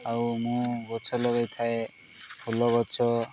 ଆଉ ମୁଁ ଗଛ ଲଗାଇଥାଏ ଫୁଲ ଗଛ